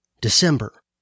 December